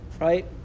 right